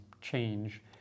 change